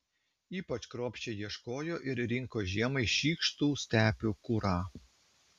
ypač kruopščiai ieškojo ir rinko žiemai šykštų stepių kurą